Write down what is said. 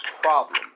problem